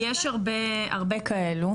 כי יש הרבה כאלו,